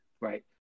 Right